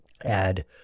add